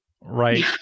right